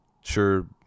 Sure